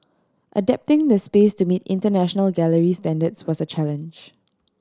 adapting the space to meet international gallery standards was a challenge